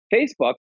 Facebook